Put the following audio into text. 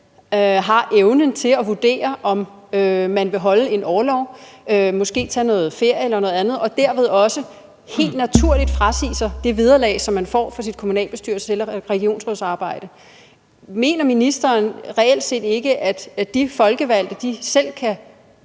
har evnen til at vurdere, om de vil holde en orlov, måske tage noget ferie eller noget andet og dermed også helt naturligt frasige sig det vederlag, som man får for sit kommunalbestyrelses- eller regionsrådsarbejde. Mener ministeren reelt set ikke, at de folkevalgte selv kan